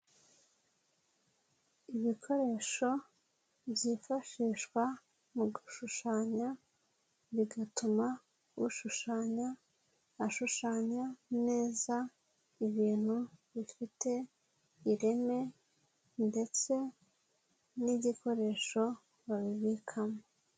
Ibikoresho byifashishwa mu gushushanya, bigatuma ushushanya ashushanya neza ibintu bifite ireme ndetse n'igikoresho babibikamo.